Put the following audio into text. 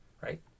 right